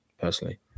personally